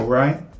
right